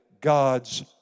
God's